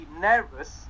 nervous